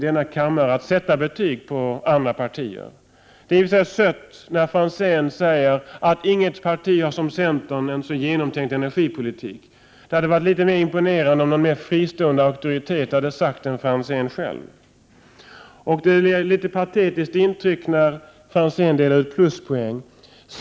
Det är i och för sig sött när Ivar Franzén säger att inget parti har en så genomtänkt energipolitik som centern. Det hade varit litet mer imponerande om någon mer fristående auktoritet hade sagt det än Ivar Franzén själv. Det ger ett litet patetiskt intryck när Ivar Franzén delar ut pluspoäng.